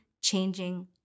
changing